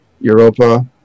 Europa